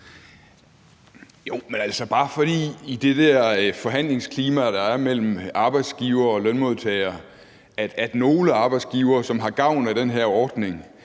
Jo, men bare fordi det i det forhandlingsklima, der er, mellem arbejdsgivere og lønmodtagere, er sådan, at nogle arbejdsgivere, som har gavn af den her ordning,